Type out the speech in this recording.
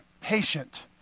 patient